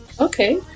Okay